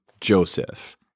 Joseph